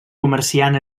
comerciant